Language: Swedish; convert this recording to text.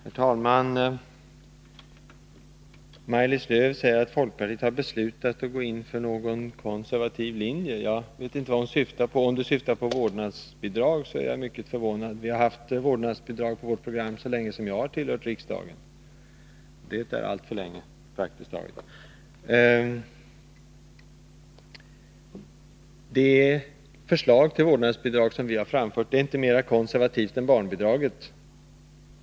Herr talman! Maj-Lis Lööw säger att folkpartiet har beslutat att gå in för en konservativ linje. Jag vet inte vad hon syftar på. Om hon syftar på vårdnadsbidrag är jag mycket förvånad — vi har haft det på vårt program så länge jag har tillhört riksdagen. Det förslag till vårdnadsbidrag som vi har framfört är inte mer konservativt än barnbidraget.